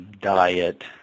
diet